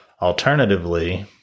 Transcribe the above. Alternatively